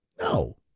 no